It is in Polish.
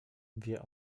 wie